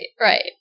right